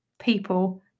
people